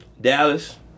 Dallas